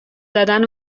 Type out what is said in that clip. زدن